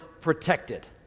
protected